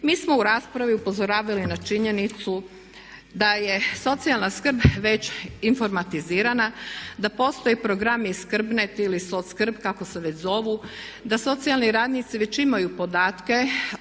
Mi smo u raspravi upozoravali na činjenicu da je socijalna skrb već informatizirana, da postoji program skrb.net ili soc.skrb kako se već zovu, da socijalni radnici već imaju podatke